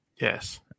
Yes